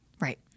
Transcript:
Right